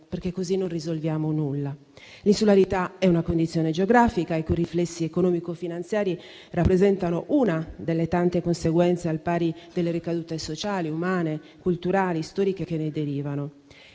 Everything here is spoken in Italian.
perché così non risolviamo nulla. L'insularità è una condizione geografica i cui riflessi economico-finanziari rappresentano una delle tante conseguenze, al pari delle ricadute sociali, umane, culturali e storiche che ne derivano.